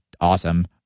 awesome